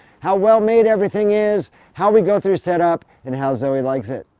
how well-made everything is, how we go through set-up, and how zoe likes it.